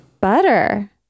Butter